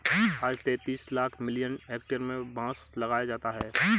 आज तैंतीस lakh million hectare में बांस लगाया जाता है